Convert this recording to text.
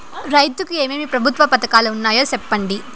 రైతుకు ఏమేమి ప్రభుత్వ పథకాలు ఉన్నాయో సెప్పండి?